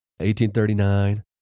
1839